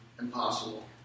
impossible